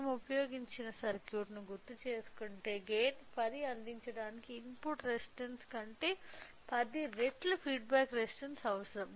మేము ఉపయోగించిన సర్క్యూట్ను గుర్తుచేసుకుంటే గైన్ 10 అందించడానికి ఇన్పుట్ రెసిస్టన్స్స్ కంటే 10 రెట్లు ఫీడ్బ్యాక్ రెసిస్టన్స్స్ అవసరం